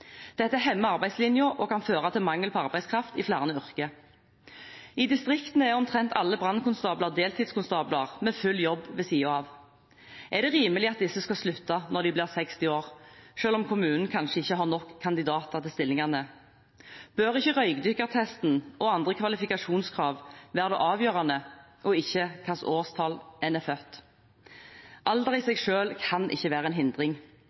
Dette hemmer arbeidslinjen og kan føre til mangel på arbeidskraft i flere yrker. I distriktene er omtrent alle brannkonstabler deltidskonstabler, med full jobb ved siden av. Er det rimelig at disse skal slutte når de blir 60 år, selv om kommunen kanskje ikke har nok kandidater til stillingene? Bør ikke røykdykkertesten og andre kvalifikasjonskrav være det avgjørende, og ikke hvilket årstall en er født? Alder i seg selv kan ikke være en hindring.